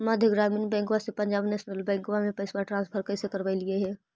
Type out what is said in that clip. मध्य ग्रामीण बैंकवा से पंजाब नेशनल बैंकवा मे पैसवा ट्रांसफर कैसे करवैलीऐ हे?